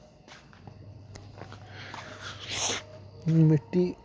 मिट्टी